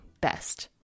best